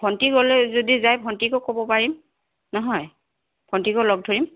ভণ্টি গ'লে যদি যায় ভণ্টিকো ক'ব পাৰিম নহয় ভণ্টিকো লগ ধৰিম